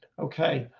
okay,